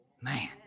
Man